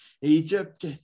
Egypt